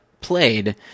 played